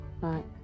Right